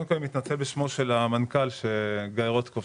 אני מתנצל בשמו של המנכ"ל גיא רוטקופף